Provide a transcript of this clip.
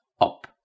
up